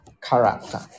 character